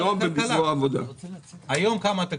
עם- -- היום- -- היום כמה התקציב?